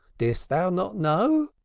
didst thou not know?